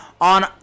on